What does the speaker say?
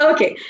Okay